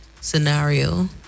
scenario